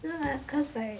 no lah cause like